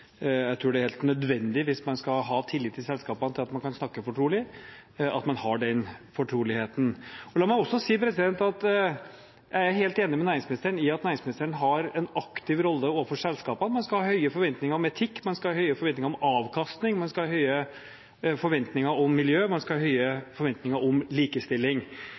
at man kan snakke fortrolig, at man har den fortroligheten. La meg også si at jeg er helt enig med næringsministeren i at næringsministeren har en aktiv rolle overfor selskapene. Man skal ha høye forventninger om etikk, man skal ha høye forventninger om avkastning, man skal ha høye forventninger om miljø, man skal ha høye forventninger om likestilling.